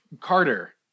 carter